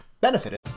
benefited